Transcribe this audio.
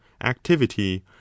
activity